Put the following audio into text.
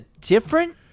different